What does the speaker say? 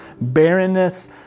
barrenness